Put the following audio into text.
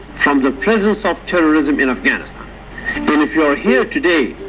um the presence of terrorism in afghanistan. and if you are here today,